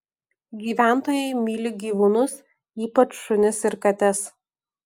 gyventojai myli gyvūnus ypač šunis ir kates